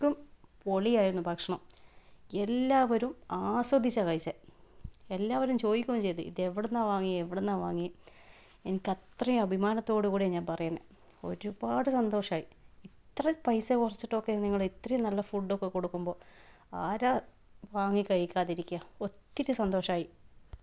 അത്രക്കും പൊളിയായിരുന്നു ഭക്ഷണം എല്ലാവരും ആസ്വദിച്ചാണ് കഴിച്ചത് എല്ലാവരും ചോയ്കേം ചെയ്തു ഇത് എവിടെ നിന്നാണ് വാങ്ങിയത് എവിടെ നിന്നാണ് വാങ്ങിയത് എനിക്ക് അത്രയും അഭിമാനത്തോടുകൂടിയാണ് ഞാൻ പറയുന്നത് ഒരുപാട് സന്തോഷമായി ഇത്രയും പൈസ കുറച്ചിട്ടൊക്കെ നിങ്ങൾ ഇത്രയും നല്ല ഫുഡ്ഡൊക്കെ കൊടുക്കുമ്പോൾ ആരാണ് വാങ്ങി കഴിക്കാതിരിക്കുക ഒത്തിരി സന്തോഷമായി